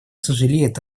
сожалеет